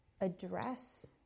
address